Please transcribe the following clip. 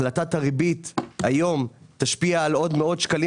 החלטת הריבית היום תשפיע על עוד מאות שקלים